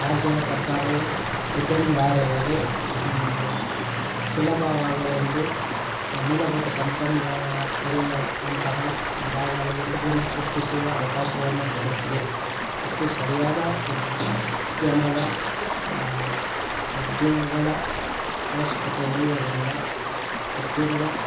ರಾಜ್ಯದ ಸರ್ಕಾರವು ಉದ್ಯಮಿದಾರರಿಗೆ ಸುಲಭವಾಗಲೆಂದು ಮೂಲಭೂತ ಸಂಪನ್ಗಳು ಇರುವ ಅಂತಹ ಜಾಗಗಳಲ್ಲಿ ಉದ್ಯಮ ಸೃಷ್ಟಿಸುವ ಅವಕಾಶಗಳನ್ನು ನೀಡುತ್ತಿದೆ ಮತ್ತು ಸರಿಯಾದ ಉತ್ ಉದ್ಯಮದ ಉದ್ಯೋಗದ ಅವಶ್ಯಕತೆ ಇರುವುದರಿಂದ ಉದ್ಯೋಗದ